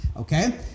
okay